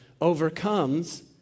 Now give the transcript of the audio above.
overcomes